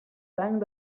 sang